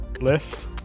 lift